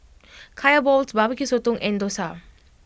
Kaya Balls Barbecue Sotong and Dosa